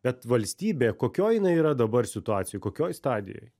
bet valstybė kokioj jinai yra dabar situacijoj kokioj stadijoj